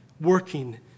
working